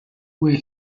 where